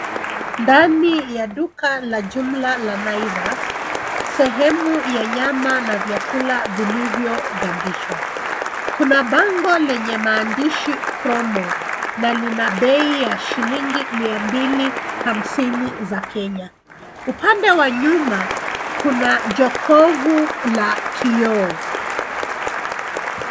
Ndani ya duka la jumla la Naivas, sehemu ya nyama na vyakula vilivyogandishwa, kuna bango lenye maandishi promo na lina bei ya shilingi mia mbili hamsini za Kenya. Upande wa nyuma, kuna jokovu la kioo.